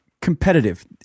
competitive